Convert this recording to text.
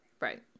Right